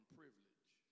privilege